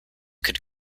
could